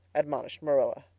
admonished marilla.